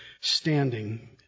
standing